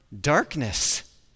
darkness